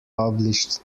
published